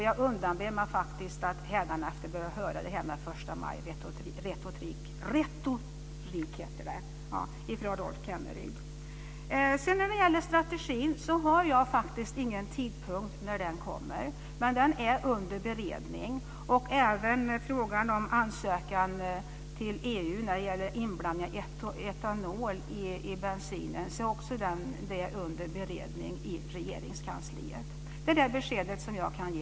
Jag undanber mig hädanefter att behöva höra detta om förstamajretorik från När det gäller strategin kan jag inte ange någon tidpunkt när den kommer, men den är under beredning. Även frågan om ansökan till EU när det gäller inblandning av etanol i bensinen är under beredning i Regeringskansliet. Det är det besked som jag kan ge